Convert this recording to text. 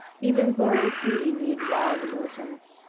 even gloria's beauty needed wild emotions,